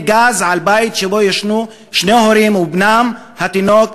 גז על בית שבו ישנו שני הורים ובנם התינוק,